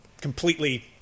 Completely